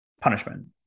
punishment